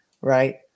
Right